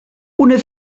una